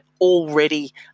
already